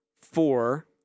four